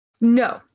No